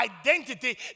identity